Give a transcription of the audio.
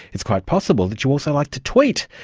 it's quite possible that you also like to tweet.